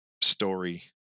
story